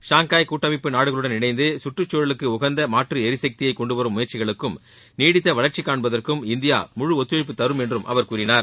Shanghai கூட்டமைப்பு நாடுகளுடன் இணைந்து சுற்றுச்சூழலுக்கு உகந்த மாற்று எரிசக்தியை கொண்டுவரும் முயற்சிகளுக்கும் நீடித்த வளர்ச்சி காண்பதற்கும் இந்தியா முழு ஒத்துழைப்பு தரும் என்று அவர் கூறினார்